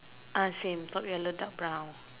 ah same top yellow dark brown